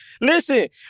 Listen